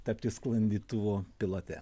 tapti sklandytuvo pilote